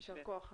יישר כח.